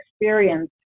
experience